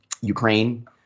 Ukraine